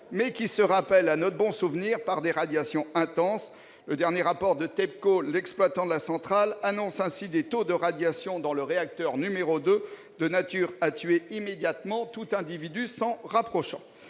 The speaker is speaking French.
mais qui se rappellent à notre bon souvenir par des radiations intenses. Le dernier rapport de TEPCO, l'exploitant de la centrale, annonce ainsi des taux de radiation dans le réacteur numéro 2 de nature à tuer immédiatement tout individu s'en approchant.